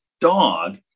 dog